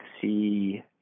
see